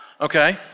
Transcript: Okay